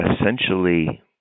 essentially